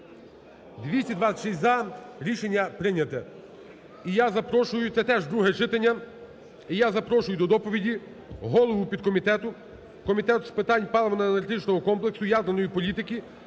За-226 Рішення прийнято. І я запрошую, це теж друге читання, і я запрошую до доповіді голову підкомітету Комітету з питань паливно-енергетичного комплексу, ядерної політики